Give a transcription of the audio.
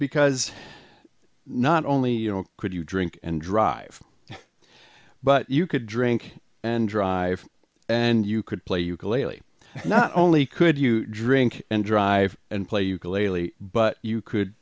because not only you know could you drink and drive but you could drink and drive and you could play ukulele not only could you drink and drive and play ukulele but you could